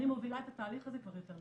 אני מובילה את התהליך הזה כבר יותר משנה.